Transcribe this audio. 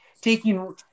taking –